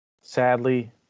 sadly